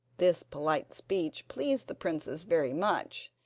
this polite speech pleased the princess very much.